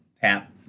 tap